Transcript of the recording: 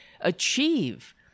achieve